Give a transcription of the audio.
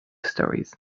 stories